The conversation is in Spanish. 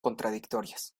contradictorias